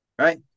right